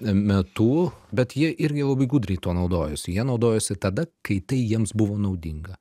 metu bet jie irgi labai gudriai tuo naudojosi jie naudojasi tada kai tai jiems buvo naudinga